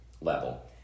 level